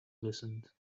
listened